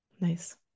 nice